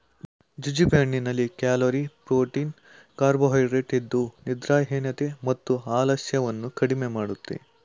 jujube ಹಣ್ಣಿನಲ್ಲಿ calorie, protein carbohydrates ಇದ್ದು ನಿದ್ರಾಹೀನತೆ ಮತ್ತು ಆಲಸ್ಯವನ್ನು ಕಡಿಮೆ ಮಾಡುತ್ತೆ